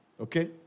Okay